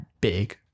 big